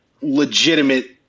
legitimate